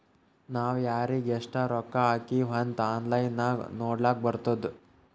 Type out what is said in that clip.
ನಾವ್ ಯಾರಿಗ್ ಎಷ್ಟ ರೊಕ್ಕಾ ಹಾಕಿವ್ ಅಂತ್ ಆನ್ಲೈನ್ ನಾಗ್ ನೋಡ್ಲಕ್ ಬರ್ತುದ್